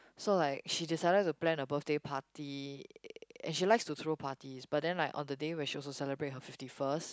so like she decided to plan a birthday party and she likes to throw parties but then like on the day where she was celebrate her fifty first